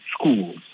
schools